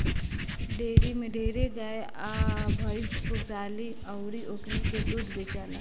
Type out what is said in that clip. dairy में ढेरे गाय आ भइस पोसाली अउर ओकनी के दूध बेचाला